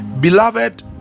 beloved